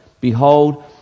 Behold